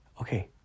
okay